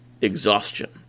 exhaustion